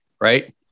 right